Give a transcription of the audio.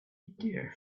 dear